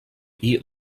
eat